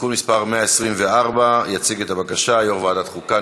(תיקון מס' 124). יציג את הבקשה יושב-ראש ועדת החוקה,